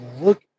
look